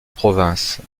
province